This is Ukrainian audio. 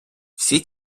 всі